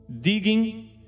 Digging